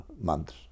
months